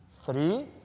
Three